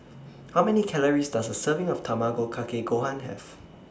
How Many Calories Does A Serving of Tamago Kake Gohan Have